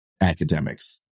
academics